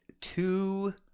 Two